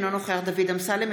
אינו נוכח דוד אמסלם,